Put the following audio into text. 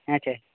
ᱦᱮᱸᱥᱮ